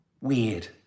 Weird